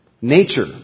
nature